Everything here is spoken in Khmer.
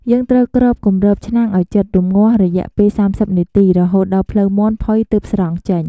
យើងត្រូវគ្របគម្របឆ្នាំងឱ្យជិត រំងាស់រយៈពេល៣០នាទី រហូតដល់ភ្លៅមាន់ផុយទើបស្រង់ចេញ។